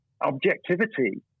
objectivity